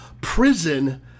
prison